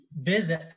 visit